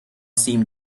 seemed